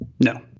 No